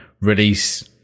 release